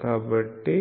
కాబట్టి